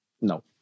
No